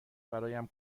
برایم